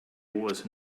was